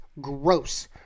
Gross